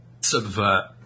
subvert